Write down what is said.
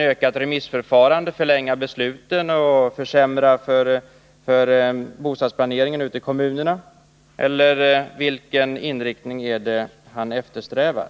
öka remissförfaran det och därigenom fördröja besluten och försämra för bostadsplanerarna ute i kommunerna, eller vilken inriktning är det som eftersträvas?